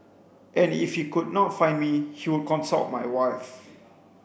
and if he could not find me he would consult my wife